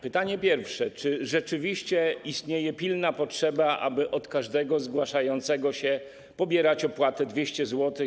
Pytanie pierwsze: Czy rzeczywiście istnieje pilna potrzeba, aby od każdego zgłaszającego się pobierać opłatę 200 zł?